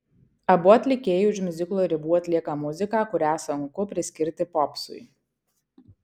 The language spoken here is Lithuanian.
abu atlikėjai už miuziklo ribų atlieka muziką kurią sunku priskirti popsui